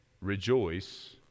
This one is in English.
Rejoice